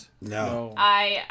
No